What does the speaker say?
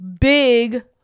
big